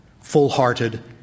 Full-hearted